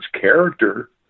character